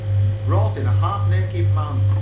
you've brought in a half naked man,